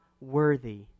worthy